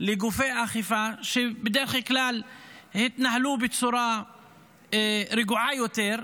לגופי האכיפה, שבדרך כלל התנהלו בצורה רגועה יותר,